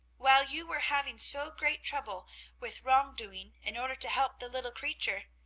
while you were having so great trouble with wrong-doing in order to help the little creature,